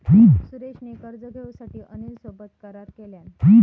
सुरेश ने कर्ज घेऊसाठी अनिल सोबत करार केलान